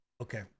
Okay